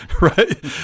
right